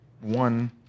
one